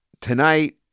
tonight